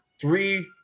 three